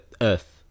Earth